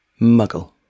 Muggle